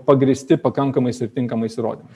pagrįsti pakankamais ir tinkamais įrodymais